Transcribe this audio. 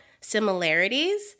similarities